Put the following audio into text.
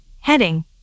Heading